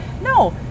No